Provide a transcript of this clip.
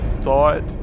thought